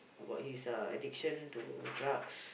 about his uh addiction to drugs